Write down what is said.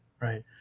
right